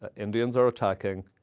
ah indians are attacking.